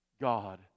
God